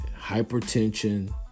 Hypertension